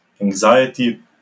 anxiety